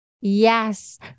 Yes